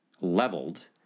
leveled